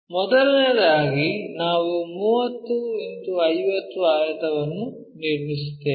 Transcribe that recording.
ಮೊದಲನೆಯದಾಗಿ ನಾವು 30 x 50 ಆಯತವನ್ನು ನಿರ್ಮಿಸುತ್ತೇವೆ